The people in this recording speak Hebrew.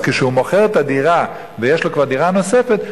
אז כשהוא מוכר את הדירה ויש לו כבר דירה נוספת,